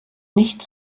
nicht